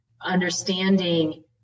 understanding